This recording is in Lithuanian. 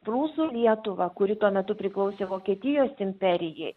prūsų lietuvą kuri tuo metu priklausė vokietijos imperijai